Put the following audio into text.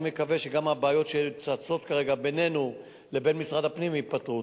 אני מקווה שגם הבעיות שצצות כרגע בינינו לבין משרד הפנים ייפתרו.